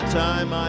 time